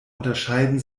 unterscheiden